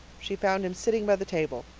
she found him sitting by the table,